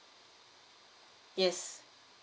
yes